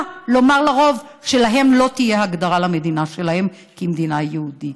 לומר לרוב שלא תהיה הגדרה למדינה שלהם כמדינה יהודית.